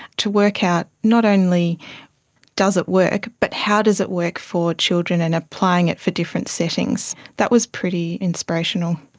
to work out not only does it work but how does it work for children and applying it for different settings. that was pretty inspirational,